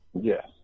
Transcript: yes